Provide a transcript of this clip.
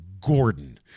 Gordon